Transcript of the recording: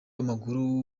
w’amaguru